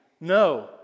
No